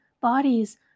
bodies